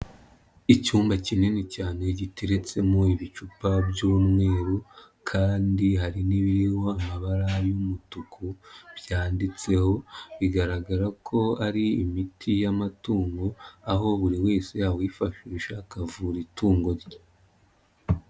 Icyumba kinini cyane giteretsemo ibicupa by'umweru kandi hari n'ibiriho amabara y'umutuku byanditseho, bigaragara ko ari imiti y'amatungo, aho buri wese awifashisha akavura itungo rye.